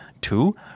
Two